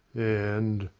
and.